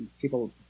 people